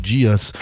Dias